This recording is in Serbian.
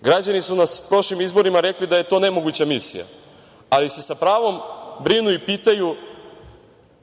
Građani su nam na prošlim izborima rekli da je to nemoguća misija, ali se sa pravom brinu i pitaju